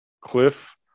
cliff